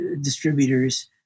distributors